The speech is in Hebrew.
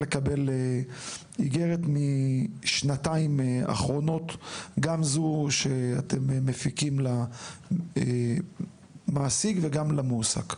לקבל איגרת משנתיים אחרונות גם זו שאתם מפיקים למעסיק וגם למועסק,